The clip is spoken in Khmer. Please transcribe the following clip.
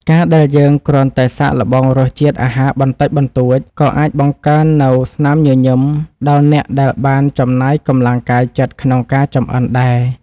ការដែលយើងគ្រាន់តែសាកល្បងរសជាតិអាហារបន្តិចបន្តួច ក៏អាចបង្កើននូវស្នាមញញឹមដល់អ្នកដែលបានចំណាយកម្លាំងកាយចិត្តក្នុងការចម្អិនដែរ។